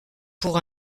pour